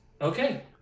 Okay